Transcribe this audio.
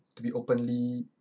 to be openly